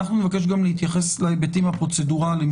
נבקש להתייחס גם להיבטים הפרוצדורליים